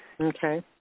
Okay